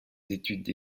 études